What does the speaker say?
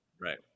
Right